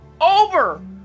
Over